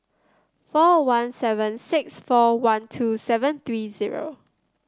four one seven six four one two seven three zero